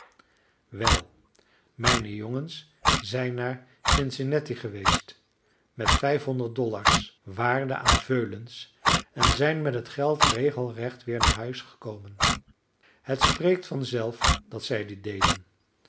wel mijne jongens zijn naar cincinnati geweest met vijfhonderd dollars waarde aan veulens en zijn met het geld regelrecht weer naar huis gekomen het spreekt vanzelf dat zij dit deden